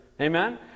Amen